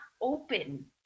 open